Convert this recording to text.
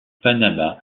panama